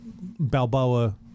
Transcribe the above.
balboa